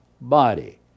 body